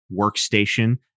workstation